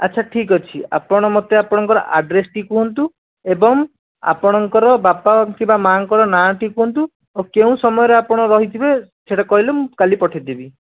ଆଚ୍ଛା ଠିକ ଅଛି ଆପଣ ମୋତେ ଆପଣଙ୍କର ଆଡ଼୍ରେସଟି କୁହନ୍ତୁ ଏବଂ ଆପଣଙ୍କର ବାପା କିମ୍ବା ମାଁଙ୍କର ନାଁଟି କୁହନ୍ତୁ କେଉଁ ସମୟରେ ଆପଣ ରହିଥିବେ ସେଇଟା କହିଲେ ମୁଁ କାଲି ପଠେଇ ଦେବି